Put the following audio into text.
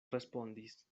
respondis